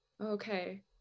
Okay